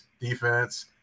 defense